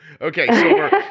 Okay